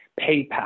PayPal